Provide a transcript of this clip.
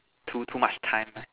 too too much time